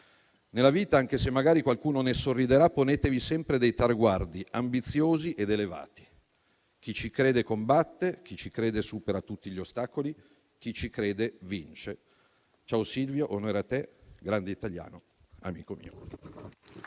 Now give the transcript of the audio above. Nella vita, anche se magari qualcuno ne sorriderà, ponetevi sempre dei traguardi ambiziosi ed elevati: «Chi ci crede combatte. Chi ci crede supera tutti gli ostacoli. Chi ci crede vince». Ciao Silvio, onore a te, grande italiano, amico mio.